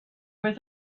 was